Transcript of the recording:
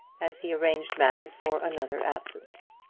as he arranged matters for another absence.